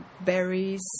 berries